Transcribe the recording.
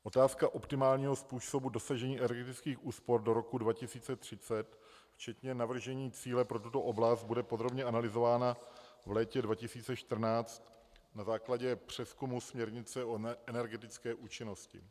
Otázka optimálního způsobu dosažení energetických úspor do roku 2030, včetně navržení cíle pro tuto oblast, bude podrobně analyzována v létě 2014 na základě přezkumu směrnice o energetické účinnosti.